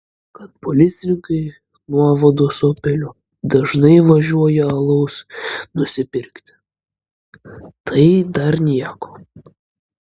kad policininkai nuovados opeliu dažnai važiuoja alaus nusipirkti tai dar nieko